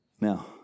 Now